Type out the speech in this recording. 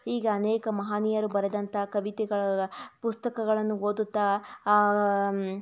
ಹೀಗೆ ಅನೇಕ ಮಹನೀಯರು ಬರೆದಂಥ ಕವಿತೆಗಳ ಪುಸ್ತಕಗಳನ್ನು ಓದುತ್ತಾ